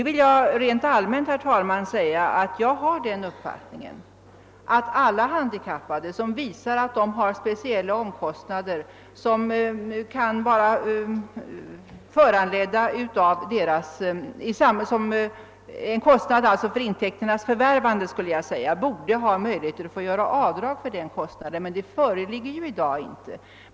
Rent allmänt vill jag, herr talman, säga att jag har den uppfattningen att alla handikappade som kan visa, att de har speciella omkostnader för intäkternas förvärvande, borde ha möjlighet att få göra avdrag för dessa kostnader. Men så är i dag inte fallet.